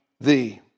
thee